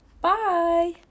bye